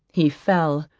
he fell,